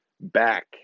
back